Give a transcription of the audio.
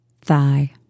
thigh